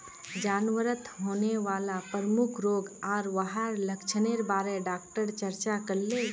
जानवरत होने वाला प्रमुख रोग आर वहार लक्षनेर बारे डॉक्टर चर्चा करले